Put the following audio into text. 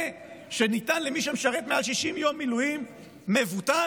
שניתן למי שמשרת מעל 60 יום מילואים מבוטל,